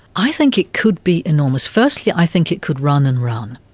i think it could be enormous. firstly i think it could run and run,